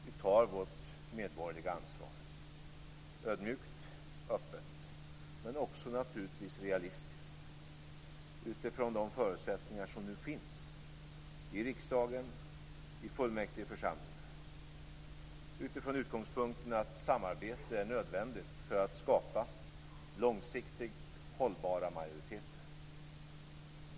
Vi tar vårt medborgerliga ansvar ödmjukt och öppet men också, naturligtvis, realistiskt utifrån de förutsättningar som nu finns i riksdagen och i fullmäktigeförsamlingar, från utgångspunkten att samarbete är nödvändigt för att skapa långsiktigt hållbara majoriteter.